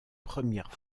première